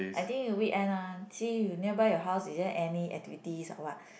I think in the weekend uh see you nearby your house is there any activities or what